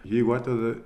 jeigu atveda